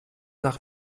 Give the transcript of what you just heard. nach